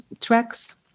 tracks